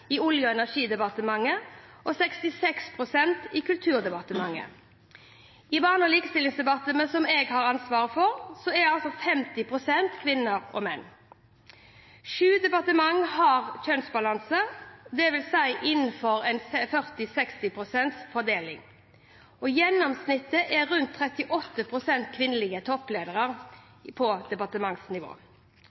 i Olje- og energidepartementet, og 66 pst., i Kulturdepartementet. I Barne- og likestillingsdepartementet, som jeg har ansvar for, er det 50 pst. kvinner og 50 pst. menn. Sju departement har kjønnsbalanse, det vil si innenfor en 40/60-pst. fordeling. Gjennomsnittet er rundt 38 pst. kvinnelige toppledere. På